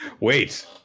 Wait